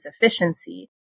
efficiency